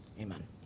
amen